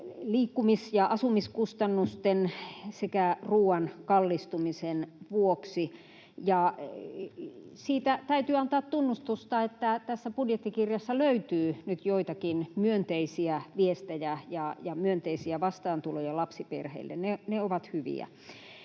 liikkumis- ja asumiskustannusten että ruuan kallistumisen vuoksi. Siitä täytyy antaa tunnustusta, että tässä budjettikirjassa löytyy nyt joitakin myönteisiä viestejä ja myönteisiä vastaantuloja lapsiperheille — ne ovat hyviä.